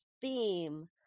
theme